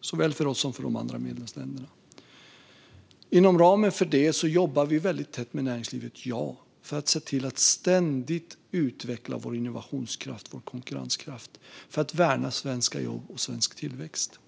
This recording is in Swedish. såväl för oss som för de andra medlemsländerna. Inom ramen för detta jobbar vi väldigt tätt med näringslivet, ja, för att se till att ständigt utveckla vår innovationskraft och vår konkurrenskraft för att värna svenska jobb och svensk tillväxt.